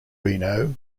reno